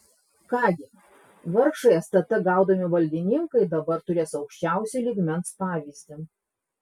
ką gi vargšai stt gaudomi valdininkai dabar turės aukščiausio lygmens pavyzdį